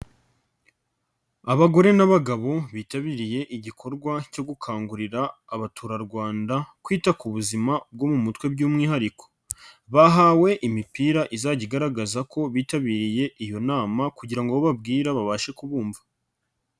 Abagore n'abagabo bitabiriye igikorwa cyo gukangurira abaturarwanda kwita ku buzima bwo mu mutwe by'umwihariko. Bahawe imipira izajya igaragaza ko bitabiriye iyo nama kugira ngo abo babwira babashe kubumva.